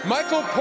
Michael